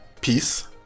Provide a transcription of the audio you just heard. peace